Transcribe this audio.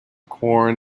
corn